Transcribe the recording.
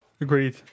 agreed